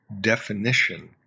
definition